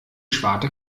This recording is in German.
schwarte